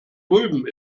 drüben